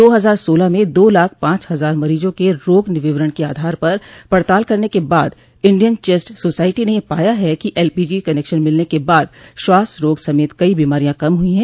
दो हजार सोलह मं दो लाख पाँच हजार मरीजों के रोग विवरण के आधार पर पड़ताल करने के बाद इंडियन चेस्ट सोसाइटी ने यह पाया है कि एलपीजी कनेक्शन मिलने के बाद श्वास रोग समेत कई बीमारियां कम हुई हैं